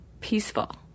peaceful